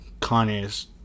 Kanye's